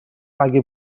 اگه